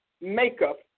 makeup